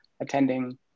attending